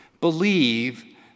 Believe